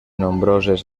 nombroses